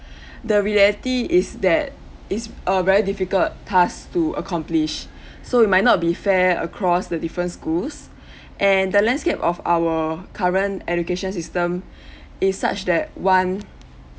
the reality is that is err very difficult task to accomplish so may not be fair across the different schools and the landscape of our current education system is such that one